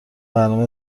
برنامه